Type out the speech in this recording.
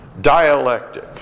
dialectic